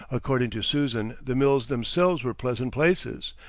according to susan, the mills themselves were pleasant places,